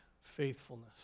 faithfulness